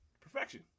Perfection